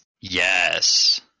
Yes